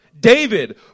David